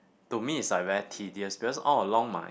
to me it's like very tedious because all along my